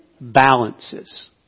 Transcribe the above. balances